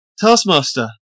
Taskmaster